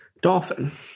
dolphin